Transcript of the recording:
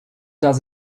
does